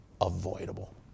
avoidable